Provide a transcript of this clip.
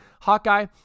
Hawkeye